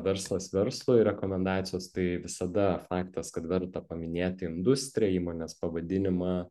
verslas verslui rekomendacijos tai visada faktas kad verta paminėti industriją įmonės pavadinimą